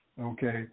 okay